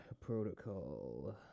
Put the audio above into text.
Protocol